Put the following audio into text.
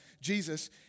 Jesus